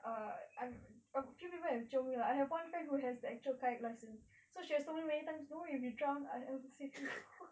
err I a few people have jio me I have one friend who has the actual kayak lessons so she has told me many times don't worry if you drown I I will save you